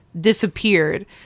disappeared